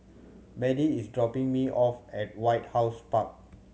Madie is dropping me off at White House Park